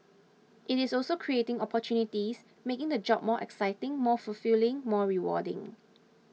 it is also creating opportunities making the job more exciting more fulfilling more rewarding